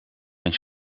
eens